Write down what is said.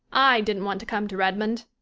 i didn't want to come to redmond.